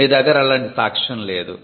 మీ దగ్గర అలాంటి సాక్ష్యం లేదు